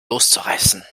loszureißen